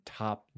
top